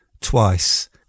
twice